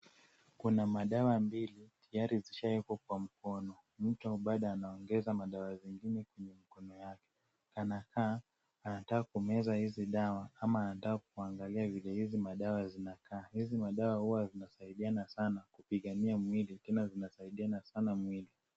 Kuna madawa mbili tayari zishawekwa kwa mkono, Mtu bado anaongeza madawa zingine kwenye mkono yake, anakaa anataka kumeza hizi dawa ama anataka kuangalia vile hizi madawa zinakaa. Madwa huwa zinasaidiana sana kupigania mwili tena zinasaidiana sana mwili.